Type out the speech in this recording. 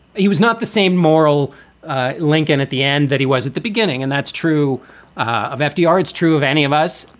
he was not the same moral lincoln at the end that he was at the beginning. and that's true of fdr. it's true of any of us.